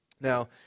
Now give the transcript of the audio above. Now